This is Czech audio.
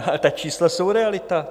Ale ta čísla jsou realita.